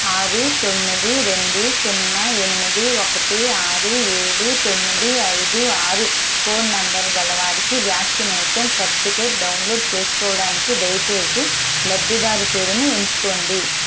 ఆరు తొమ్మిది రెండు సున్నా ఎనిమిది ఒకటి ఆరు ఏడు తొమ్మిది ఐదు ఆరు ఫోన్ నంబర్ గల వారికి వ్యాక్సినేషన్ సర్టిఫికేట్ డౌన్లోడ్ చేసుకోడానికి దయచేసి లబ్ధిదారు పేరుని ఎంచుకోండి